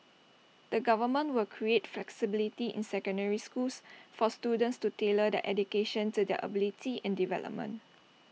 the government will create flexibility in secondary schools for students to tailor their education to their abilities and development